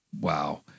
Wow